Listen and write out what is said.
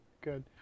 Good